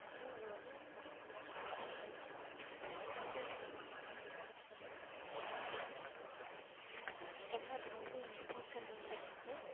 normal அதுவும் ஒரு ரெண்ட்ரை ரெண்ட்ரை லிட்டர் வாட்ரு பாட்டில் ஏதாச்சும் குடித்தோம்னா தண்ணி குடிக்கணும்ட்டு எதுவும் வராது ஏன்னால் அது ரொம்ப இம்பார்டண்ட் நம்மளுக்கு